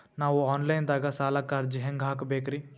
ನಾವು online ದಾಗ ಸಾಲಕ್ಕ ಅರ್ಜಿ ಹೆಂಗ ಹಾಕಬೇಕ್ರಿ?